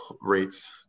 rates